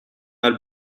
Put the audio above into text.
are